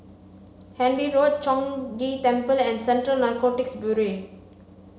Handy Road Chong Ghee Temple and Central Narcotics Bureau